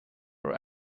our